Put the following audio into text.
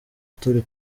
turi